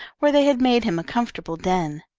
where they had made him a comfortable den.